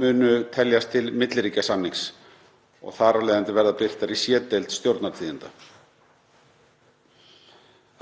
munu teljast til milliríkjasamnings og þar af leiðandi verða birtar í C-deild Stjórnartíðinda.